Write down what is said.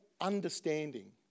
understanding